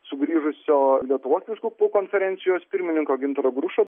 sugrįžusio lietuvos vyskupų konferencijos pirmininko gintaro grušo